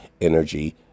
energy